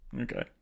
Okay